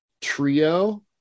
trio